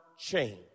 change